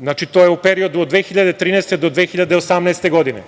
10, to je u periodu od 2013. do 2018. godine.